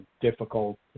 difficult